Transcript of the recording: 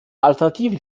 alternativen